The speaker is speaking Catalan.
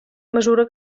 mesura